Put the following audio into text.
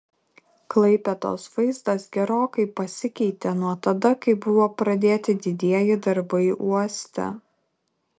klaipėdos vaizdas gerokai pasikeitė nuo tada kai buvo pradėti didieji darbai uoste